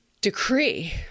decree